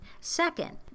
Second